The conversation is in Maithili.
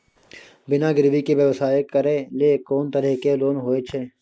बिना गिरवी के व्यवसाय करै ले कोन तरह के लोन होए छै?